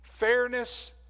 fairness